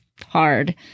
Hard